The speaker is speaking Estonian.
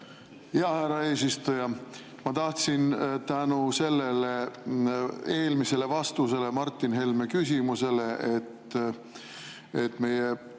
Härra eesistuja! Ma tahtsin [toetudes] sellele eelmisele vastusele Martin Helme küsimusele, et meie